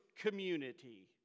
community